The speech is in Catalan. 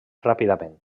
ràpidament